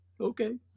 okay